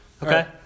okay